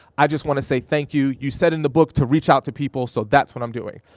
i just wanna say thank you. you said in the book to reach out to people, so that's what i'm doing.